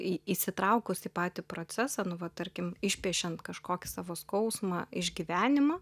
į įsitraukus į patį procesą nu va tarkim išpiešiant kažkokį savo skausmą išgyvenimą